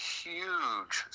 huge